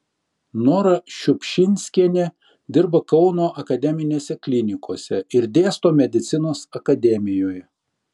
nora šiupšinskienė dirba kauno akademinėse klinikose ir dėsto medicinos akademijoje